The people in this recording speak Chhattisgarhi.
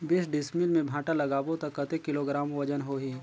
बीस डिसमिल मे भांटा लगाबो ता कतेक किलोग्राम वजन होही?